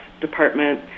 department